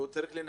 והוא צריך לנמק.